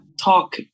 talk